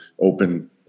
open